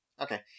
Okay